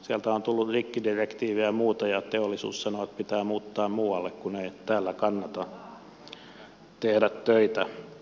sieltä on tullut rikkidirektiivejä ja muuta ja teollisuus sanoo että pitää muuttaa muualle kun ei täällä kannata tehdä töitä